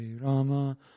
Rama